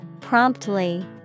Promptly